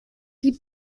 die